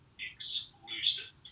exclusive